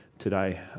today